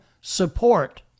support